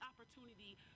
opportunity